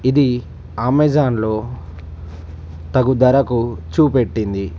ఇది అమెజాన్లో తగుదలకు చూపెట్టింది